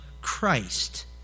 Christ